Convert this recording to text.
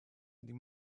eddie